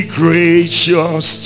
gracious